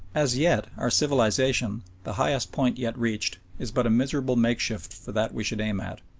as yet our civilisation the highest point yet reached is but a miserable makeshift for that we should aim at.